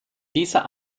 dieser